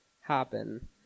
happen